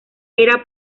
era